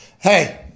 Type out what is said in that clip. hey